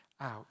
out